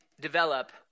develop